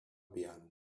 piano